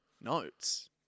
notes